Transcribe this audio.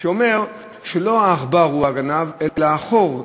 שאומר שלא העכבר הוא הגנב אלא החור.